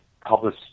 publish